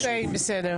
ועדת החוקה